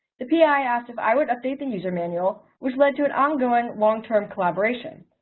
the pi asked if i would update the user manual which led to an ongoing long-term collaboration.